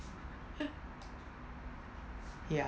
ya